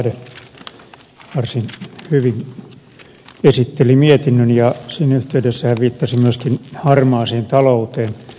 ahde varsin hyvin esitteli mietinnön ja sen yhteydessä hän viittasi myöskin harmaaseen talouteen